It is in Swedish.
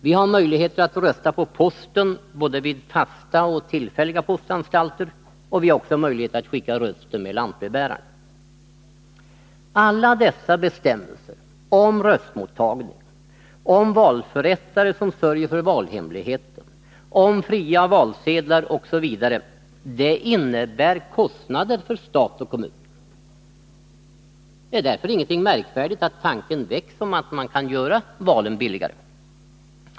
Vi har möjligheter att rösta på posten, både vid fasta och vid tillfälliga anstalter, och vi har också möjlighet att skicka rösten med lantbrevbäraren. Alla dessa bestämmelser om röstmottagning, om valförrättare som sörjer för valhemligheten, om fria valsedlar osv. innebär kostnader för stat och kommun. Det är därför ingenting märkvärdigt att tanken väcks om man kan göra valen billigare.